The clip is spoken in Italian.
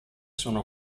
sono